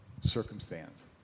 circumstance